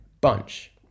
bunch